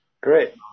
Great